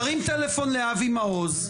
תרים טלפון לאבי מעוז,